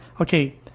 okay